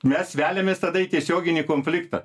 mes veliamės tada į tiesioginį konfliktą